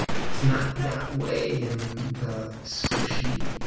it's not that way in the squishy,